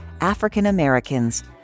African-Americans